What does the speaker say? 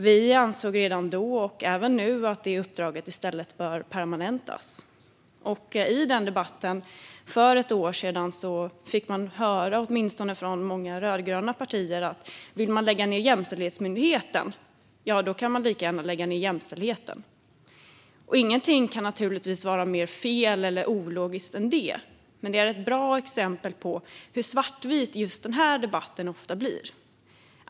Vi ansåg redan då - och vi anser även nu - att uppdraget i stället borde permanentas. I debatten för ett år sedan fick vi höra, åtminstone från många rödgröna partier, att vill man lägga ned Jämställdhetsmyndigheten kan man lika gärna lägga ned jämställdheten. Ingenting kan naturligtvis vara mer fel eller ologiskt. Det är ett bra exempel på hur svartvit just den här debatten ofta blir.